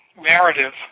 Narrative